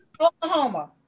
Oklahoma